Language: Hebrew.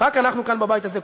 רק אנחנו בבית הזה,